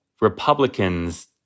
Republicans